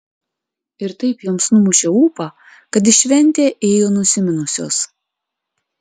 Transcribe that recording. ir taip joms numušė ūpą kad į šventę ėjo nusiminusios